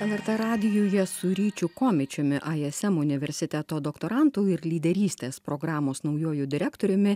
lrt radijuje su ryčiu komičiumi ism universiteto doktorantų ir lyderystės programos naujuoju direktoriumi